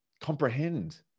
comprehend